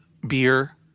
Beer